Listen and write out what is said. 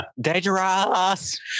Dangerous